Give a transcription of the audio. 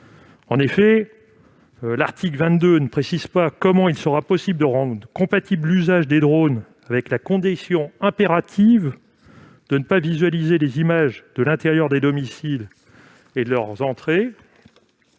En effet, l'article 22 ne précise pas comment il sera possible de rendre compatible l'usage des drones avec la condition impérative de ne pas visualiser les images de l'intérieur des domiciles et de leurs entrées.